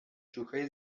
جوکهای